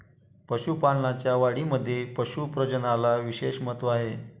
पशुपालनाच्या वाढीमध्ये पशु प्रजननाला विशेष महत्त्व आहे